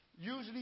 Usually